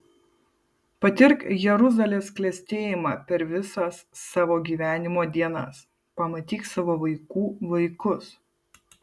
patirk jeruzalės klestėjimą per visas savo gyvenimo dienas pamatyk savo vaikų vaikus